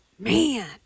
Man